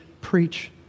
preach